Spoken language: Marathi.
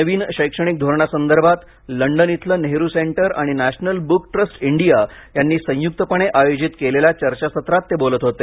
नवीन शैक्षणिक धोरणासंदर्भात लंडन इथलं नेहरू सेंटर आणि नॅशनल बुक ट्रस्ट इंडिया यांनी संयुक्तपणे आयोजित केलेल्या चर्चासत्रात ते बोलत होते